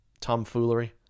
tomfoolery